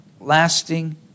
Lasting